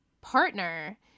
partner